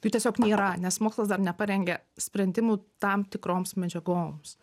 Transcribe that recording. jų tiesiog nėra nes mokslas dar neparengė sprendimų tam tikroms medžiagoms